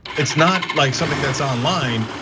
it's not like something that's online.